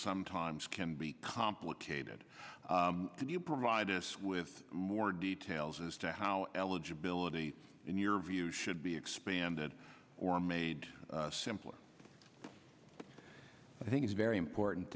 sometimes can be complicated and you provide us with more details as to how eligibility in your view should be expanded or made simpler i think is very important